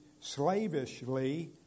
slavishly